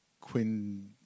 Quinn